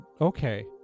Okay